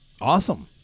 Awesome